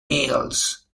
males